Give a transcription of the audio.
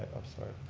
i'm sorry,